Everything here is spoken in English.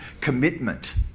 commitment